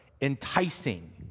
enticing